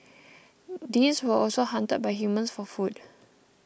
these were also hunted by humans for food